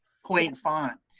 point font.